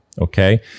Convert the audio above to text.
Okay